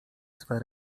swe